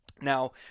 Now